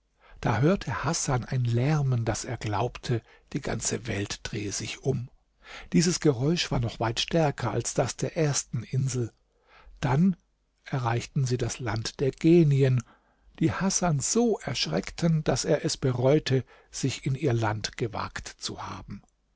da hörte hasan ein lärmen daß er glaubte die ganze welt drehe sich um dieses geräusch war noch weit stärker als das der ersten insel dann erreichten sie das land der genien die hasan so erschreckten daß er es bereute sich in ihr land gewagt zu haben